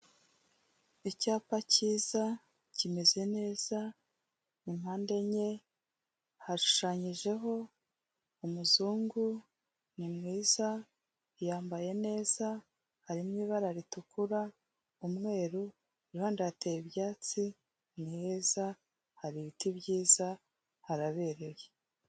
Icyapa cyiza kimeze neza, ni mpande enye, hashushanyijeho umuzungu, ni mwiza, yambaye neza, harimo ibara ritukura, umweru, ku ruhande hateye ibyatsi, ni heza hari ibiti byiza harabereye.